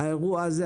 האירוע הזה,